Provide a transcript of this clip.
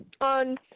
on